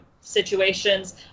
situations